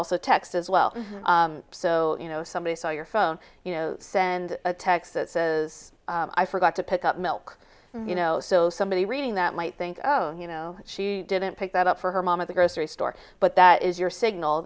also text as well so you know somebody saw your phone you know send a text i forgot to pick up milk you know so somebody reading that might think oh you know she didn't pick that up for her mom at the grocery store but that is your signal